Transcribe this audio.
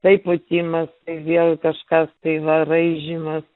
tai pūtimas tai vėl kažkas tai va raižymas